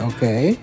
Okay